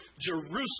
Jerusalem